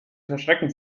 verschrecken